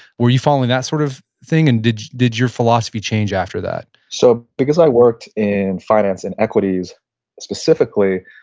were you following that sort of thing and did did your philosophy change after that? so, because i worked in finance and equities specifically,